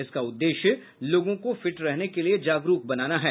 इसका उद्देश्य लोगों को फिट रहने के लिये जागरूक बनाना है